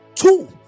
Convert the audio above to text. Two